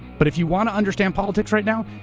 but if you want to understand politics right now,